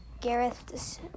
Gareth